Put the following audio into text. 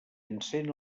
encén